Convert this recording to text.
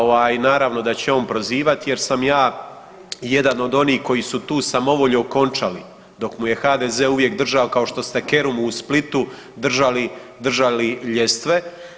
A ovaj naravno da će on prozivati jer sam ja jedan od onih koji su tu samovolju okončali dok mu je HDZ uvijek držao, kao što ste Kerumu u Splitu držali, držali ljestve.